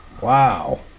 wow